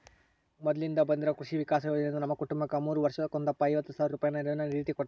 ಮೊದ್ಲಿಂದ ಬಂದಿರೊ ಕೃಷಿ ವಿಕಾಸ ಯೋಜನೆಯಿಂದ ನಮ್ಮ ಕುಟುಂಬಕ್ಕ ಮೂರು ವರ್ಷಕ್ಕೊಂದಪ್ಪ ಐವತ್ ಸಾವ್ರ ರೂಪಾಯಿನ ನೆರವಿನ ರೀತಿಕೊಡುತ್ತಾರ